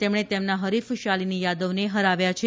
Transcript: તેમણે તેમના હરીફ શાલીની યાદવને હરાવ્યા છે